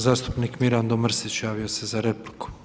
Zastupnik Mirando Mrsić javio se za repliku.